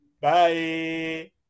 Bye